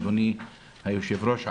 אדוני היושב-ראש,